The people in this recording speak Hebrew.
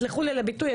סלחו לי על הביטוי,